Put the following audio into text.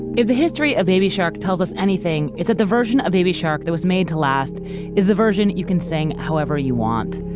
if the history of baby shark tells us anything, it's that the version of baby shark that was made to last is the version you can sing however you want.